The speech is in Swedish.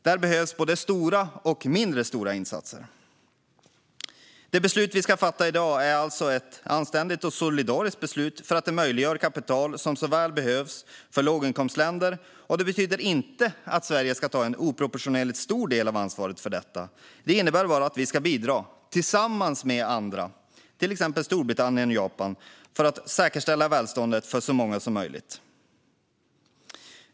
Där behövs både stora och mindre insatser. Det beslut vi ska fatta i dag är alltså ett anständigt och solidariskt beslut som möjliggör kapital som så väl behövs för låginkomstländer. Det betyder inte att Sverige ska ta en oproportionerligt stor del av ansvaret för detta. Det innebär bara att vi ska bidra tillsammans med andra, till exempel Storbritannien och Japan, för att säkerställa välståndet för så många som möjligt.